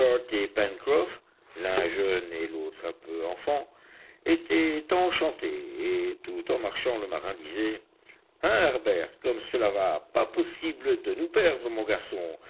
l'un jeune et l'autre un peu enfant étaient enchantés et tout en marchant le marin disait hein harbert comme cela va pas possible de nous perdre mon garçon